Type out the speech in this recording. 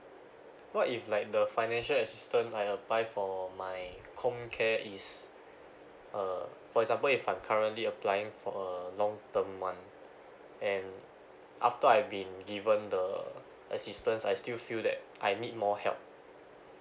what if like the financial assistance I apply for my com care is uh for example if I'm currently applying for a long term one and after I've been given the assistance I still feel that I need more help